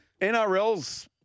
NRLs